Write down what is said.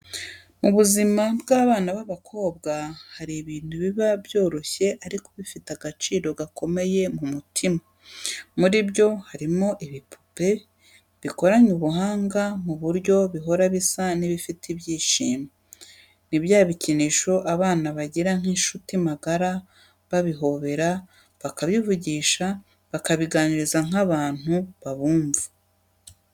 Mu buzima bw’abana b’abakobwa, hari ibintu biba byoroshye ariko bifite agaciro gakomeye mu mutima. Muri ibyo, hari mo ibipupe, bikoranye ubuhanga ku buryo bihora bisa n’ibifite ibyishimo. Ni bya bikinisho abana bagira nk’inshuti magara babihobera, bakabivugisha, bakabiganiriza nk’abantu babumva.